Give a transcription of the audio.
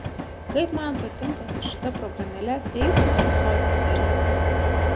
kaip man patinka su šita programėle feisus visokius daryti